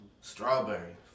Strawberry